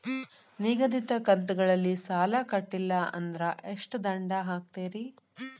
ನಿಗದಿತ ಕಂತ್ ಗಳಲ್ಲಿ ಸಾಲ ಕಟ್ಲಿಲ್ಲ ಅಂದ್ರ ಎಷ್ಟ ದಂಡ ಹಾಕ್ತೇರಿ?